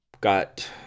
got